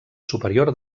superior